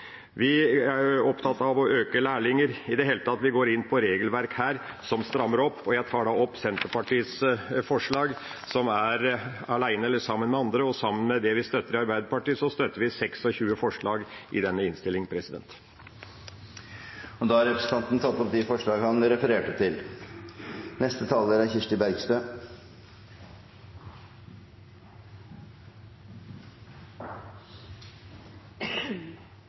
Vi er opptatt av å øke antallet lærlinger. I det hele tatt går vi her inn på regelverk som strammer opp. Jeg tar opp Senterpartiets forslag som vi har alene eller sammen med andre. Sammen med det vi støtter i Arbeiderpartiet, støtter vi 26 forslag i denne innstillinga. Representanten Olaf Lundteigen har tatt opp de forslagene han refererte til.